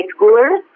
schoolers